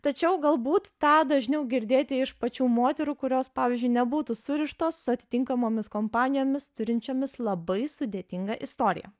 tačiau galbūt tą dažniau girdėti iš pačių moterų kurios pavyzdžiui nebūtų surištos su atitinkamomis kompanijomis turinčiomis labai sudėtingą istoriją